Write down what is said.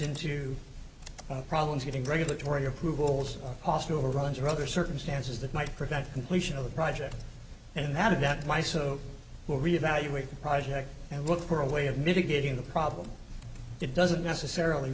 into problems getting regulatory approvals cost overruns or other circumstances that might prevent completion of the project and that is that my so will reevaluate the project and look for a way of mitigating the problem it doesn't necessarily